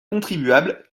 contribuables